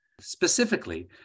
Specifically